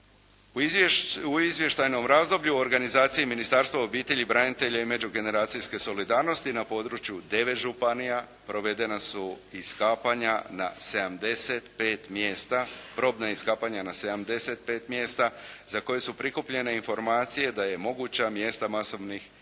U izvještajnom razdoblju organizaciji Ministarstva obitelji, branitelja i međugeneracijske solidarnosti na području 9 županija provedena su iskapanja na 75 mjesta, probna iskapanja na 75 mjesta za koje su prikupljene informacije da je moguća mjesta masovnih i pojedinačnih